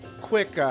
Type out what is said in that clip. quick